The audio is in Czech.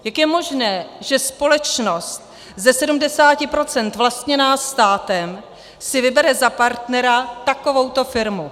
Jak je možné, že společnost ze 70 procent vlastněná státem si vybere za partnera takovouto firmu?